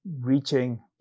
reaching